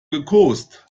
gekost